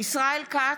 ישראל כץ,